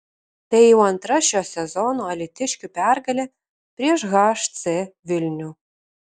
tai jau antra šio sezono alytiškių pergalė prieš hc vilnių